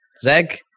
Zeg